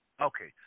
Okay